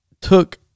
took